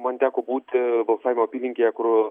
man teko būti balsavimo apylinkėje kur